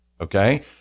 okay